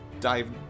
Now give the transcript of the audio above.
dive